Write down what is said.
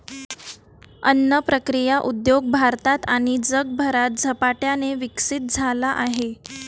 अन्न प्रक्रिया उद्योग भारतात आणि जगभरात झपाट्याने विकसित झाला आहे